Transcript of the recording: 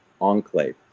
enclave